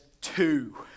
two